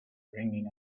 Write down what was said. ringing